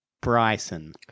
Bryson